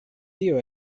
tio